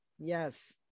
Yes